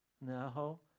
No